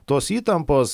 tos įtampos